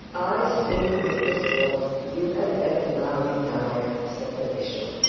i think, mr slope, you had better now retire said the bishop.